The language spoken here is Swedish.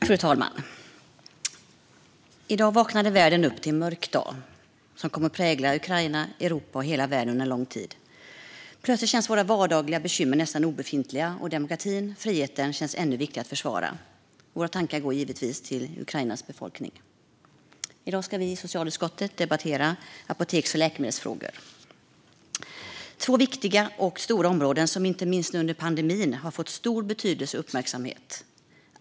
Fru talman! I dag vaknade världen upp till en mörk dag, en dag som kommer att prägla Ukraina, Europa och hela världen under lång tid. Plötsligt känns våra vardagliga bekymmer nästan obefintliga, och demokratin och friheten känns ännu viktigare att försvara. Våra tankar går till Ukrainas befolkning. Fru talman! Vi i socialutskottet ska i dag debattera apoteks och läkemedelsfrågor. Det är två viktiga och stora områden som inte minst under pandemin har fått stor betydelse och uppmärksamhet.